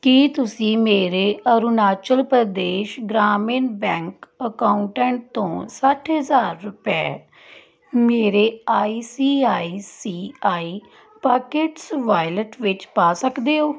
ਕੀ ਤੁਸੀਂ ਮੇਰੇ Arunachal Pradesh Gramin bank accountant ਤੋਂ ਸੱਠ ਹਜ਼ਾਰ ਰਪਏ ਮੇਰੇ I C I C I Pockets wallet ਵਿੱਚ ਪਾ ਸਕਦੇ ਹੋ